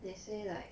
they say like